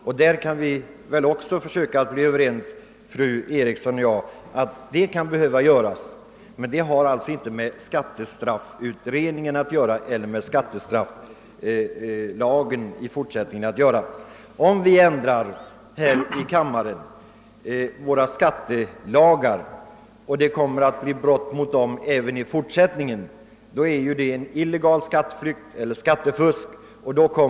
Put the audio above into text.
Fru Eriksson och jag torde kunna bli överens om att det behövs ändringar också därvidlag, men det har inte med skattestrafflagutred ningen och utformningen av skattestrafflagen att göra. Om vi genom beslut här i riksdagen ändrar skattelagarna och medborgare därefter bryter mot lagen, så blir det ju fråga om illegal skatteflykt eller skattefusk.